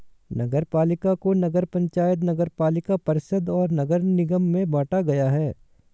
नगरपालिका को नगर पंचायत, नगरपालिका परिषद और नगर निगम में बांटा गया है